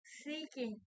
seeking